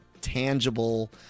tangible